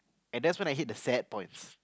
and that's when I hit the sad points